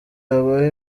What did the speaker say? habaho